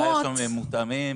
הן מותאמות,